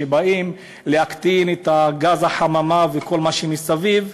שבאים להקטין את גז החממה וכל מה שמסביב,